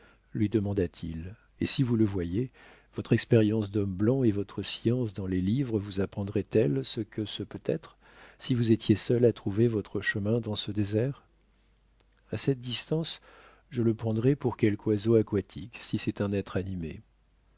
lui demanda-t-il et si vous le voyez votre expérience d'homme blanc et votre science dans les livres vous apprendraient elles ce que ce peut être si vous étiez seul à trouver votre chemin dans ce désert à cette distance je le prendrais pour quelque oiseau aquatique si c'est un être animé